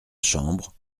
chambre